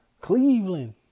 Cleveland